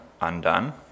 undone